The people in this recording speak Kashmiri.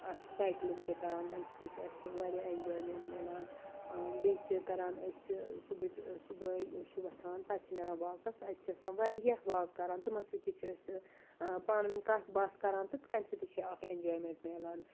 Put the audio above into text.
اَتھ چھِ سایکِلِنٛگ تہِ کران تَمۍ سۭتۍ تہِ چھُ اَسہِ واریاہ اٮ۪نجایمٮ۪نٹ میلان بیٚیہِ چھِ کران أسہِ صُبحٕکۍ صُبحٲے چھِ وۄتھان پَتہٕ چھِ نیران واکَس اَتہِ چھِ آسان واریاہ واک کران تِمَن سۭتۍ تہِ چھِ أسۍ پانہٕ ؤنۍ کَتھ باتھ کران تہٕ تَمۍ سۭتۍ تہِ چھِ اَکھ اٮ۪نجایمٮ۪نٹ میلان